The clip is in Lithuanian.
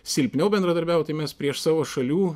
silpniau bendradarbiaut tai mes prieš savo šalių